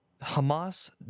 Hamas